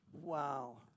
Wow